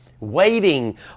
waiting